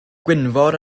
gwynfor